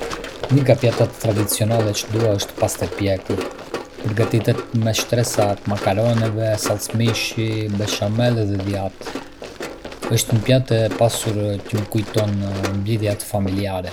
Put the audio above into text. Do të isha i gatshëm të provoja mishin sintetik, specialmenti sepse mund të jetë një zgjidhje e qëndrueshme për të reduktuar ndikimin mjedisor të alevamentrat intensive. Nëse ka një sapur të mirë dhe përmban lëndë ushqyese të mjaftueshme, nuk shoh pse të mos e provoj.